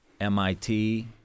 MIT